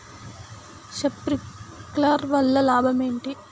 Sprinkler వల్ల లాభం ఏంటి?